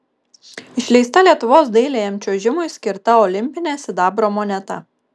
išleista lietuvos dailiajam čiuožimui skirta olimpinė sidabro moneta